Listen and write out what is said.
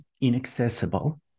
inaccessible